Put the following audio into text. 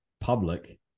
public